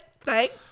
Thanks